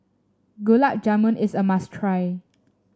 Gulab Jamun is a must try